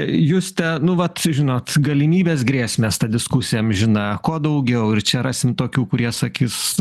juste nu vat žinot galimybės grėsmės ta diskusija amžina kuo daugiau ir čia rasim tokių kurie sakys